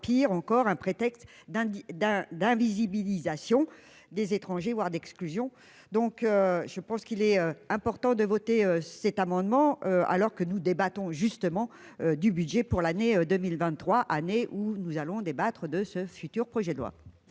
pire encore un prétexte d'un d'un d'invisibilisation, des étrangers, voire d'exclusion, donc je pense qu'il est important de voter cet amendement alors que nous débattons justement du budget pour l'année 2023 années où nous allons débattre de ce futur projet de loi.